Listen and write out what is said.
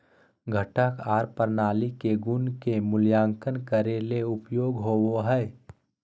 घटक आर प्रणाली के गुण के मूल्यांकन करे ले उपयोग होवई हई